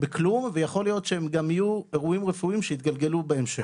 בכלום ויכול להיות שהם גם יהיו אירועים רפואיים שיתגלגלו בהמשך.